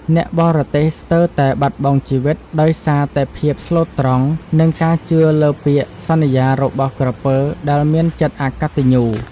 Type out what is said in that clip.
អ្នកបរទេះស្ទើរតែបាត់បង់ជីវិតដោយសារតែភាពស្លូតត្រង់ និងការជឿលើពាក្យសន្យារបស់ក្រពើដែលមានចិត្តអកតញ្ញូ។